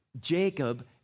Jacob